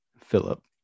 Philip